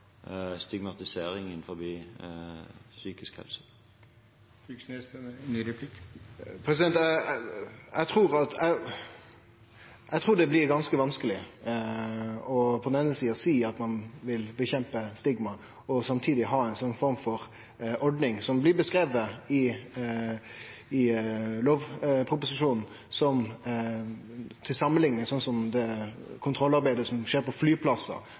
stigmatiseringen innenfor psykisk helse. Eg trur det blir ganske vanskeleg på den eine sida å seie at ein vil kjempe mot stigmaet og samtidig ha ei sånn form for ordning som er beskrive i lovproposisjonen – ei samanlikning med sikkerheitskontrollen på flyplassar